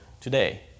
today